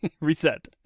Reset